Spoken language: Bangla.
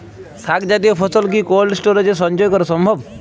শাক জাতীয় ফসল কি কোল্ড স্টোরেজে সঞ্চয় করা সম্ভব?